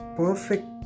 perfect